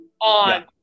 on